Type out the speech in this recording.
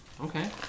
Okay